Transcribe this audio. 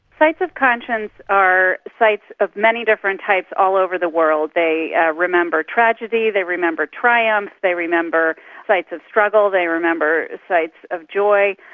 sites of conscience are sites of many different types all over the world. they remember tragedy, they remember triumph, they remember sites of struggle, they remember sites of joy,